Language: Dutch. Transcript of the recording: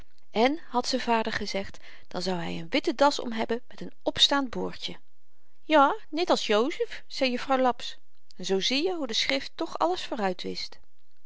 en had z'n vader gezegd dan zou hy n witten das om hebben met n opstaand boordje ja net als jozef zei jufvrouw laps zoo zieje hoe de schrift toch alles